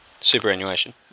Superannuation